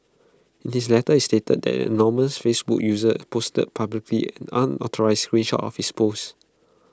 in his letter he stated that an anonymous Facebook user posted publicly an unauthorised screen shot of his post